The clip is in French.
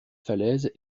falaise